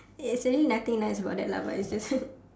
ya that's actually nothing nice about that lah but it's just